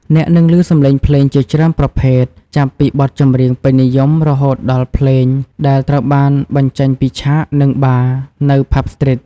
អ្នកនឹងលឺសំឡេងភ្លេងជាច្រើនប្រភេទ ចាប់ពីបទចម្រៀងពេញនិយម រហូតដល់ភ្លេង ដែលត្រូវបានបញ្ចេញពីឆាក និងបារ នៅផាប់ស្ទ្រីត។